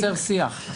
לייצר שיח.